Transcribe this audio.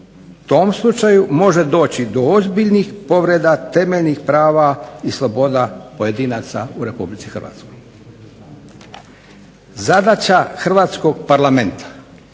tom slučaju može doći do ozbiljnih povreda temeljnih prava i sloboda pojedinaca u RH." Zadaća hrvatskog Parlamenta